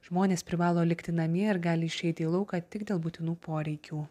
žmonės privalo likti namie ir gali išeiti į lauką tik dėl būtinų poreikių